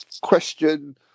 question